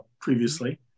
previously